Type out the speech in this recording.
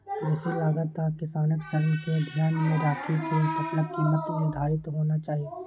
कृषि लागत आ किसानक श्रम कें ध्यान मे राखि के फसलक कीमत निर्धारित होना चाही